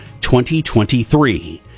2023